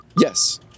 Yes